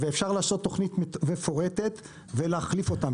אפשר לעשות תוכנית מפורטת ולהחליף אותם.